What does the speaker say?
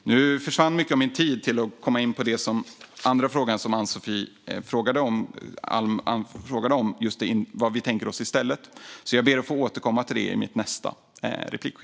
Nu försvann mycket av den talartid jag hade behövt för att komma in på den andra fråga som Ann-Sofie Alm ställde om vad vi tänker oss i stället. Jag ber att få återkomma till det i min nästa replik.